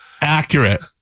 accurate